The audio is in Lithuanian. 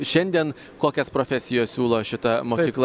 šiandien kokias profesijas siūlo šita mokykla